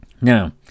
Now